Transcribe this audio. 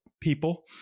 people